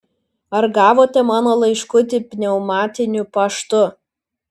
ar gavote mano laiškutį pneumatiniu paštu